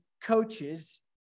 coaches